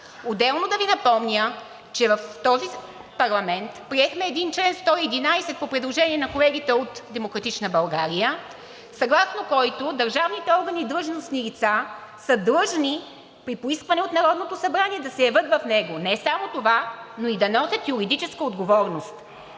Отделно да Ви напомня, че в този парламент приехме един чл. 111 по предложение на колегите от „Демократична България“, съгласно който държавните органи и длъжностни лица са длъжни при поискване от Народното събрание да се явят в него. Не само това, но и да носят юридическа отговорност.